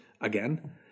again